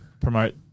promote